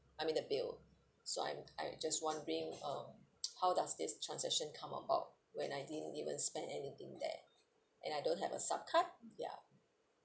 I mean the bill so I'm I just wondering um how does this transaction come about when I didn't even spend anything there and I don't have a sub card ya